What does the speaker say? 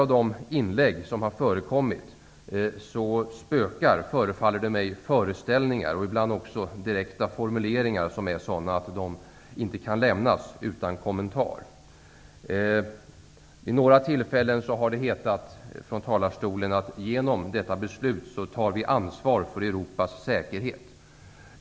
I en del inlägg som gjorts här spökar, förefaller det mig, föreställningar och ibland direkta formuleringar som är sådana att de inte kan lämnas utan kommentar. Vid några tillfällen har det hetat från talarstolen att vi genom vårt beslut tar ansvar för Europas säkerhet.